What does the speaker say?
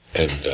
and